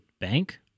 bank